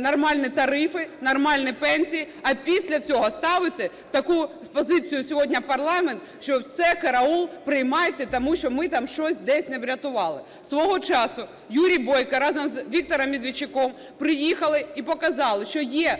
нормальні тарифи, нормальні пенсії, а після цього ставити в таку позицію сьогодні парламент, що – все, караул, приймайте, тому що ми там щось десь не врятували. Свого часу Юрій Бойко разом з Віктором Медведчуком приїхали і показали, що є